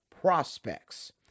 prospects